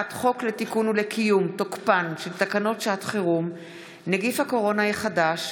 הצעת חוק לתיקון ולקיום תוקפן של תקנות שעת חירום (נגיף הקורונה החדש,